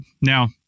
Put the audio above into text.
Now